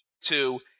Two